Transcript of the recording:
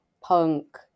punk